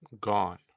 Gone